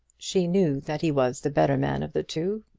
she knew that he was the better man of the two,